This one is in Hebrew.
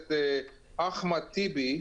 הכנסת אחמד טיבי,